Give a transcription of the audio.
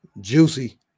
Juicy